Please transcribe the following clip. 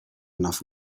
enough